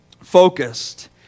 focused